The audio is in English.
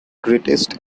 greatest